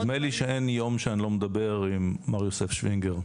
נדמה לי שאין יום שאני לא מדבר עם מר יוסף שווינגר.